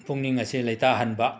ꯄꯨꯛꯅꯤꯡ ꯑꯁꯦ ꯂꯩꯇꯥꯍꯟꯕ